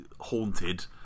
haunted